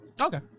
Okay